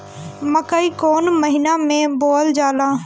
मकई कौन महीना मे बोअल जाला?